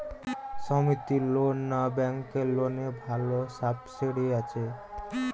সমিতির লোন না ব্যাঙ্কের লোনে ভালো সাবসিডি পাব?